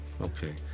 Okay